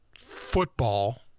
football